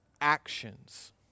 actions